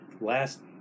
last